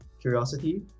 Curiosity